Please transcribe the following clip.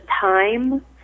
time